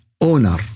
owner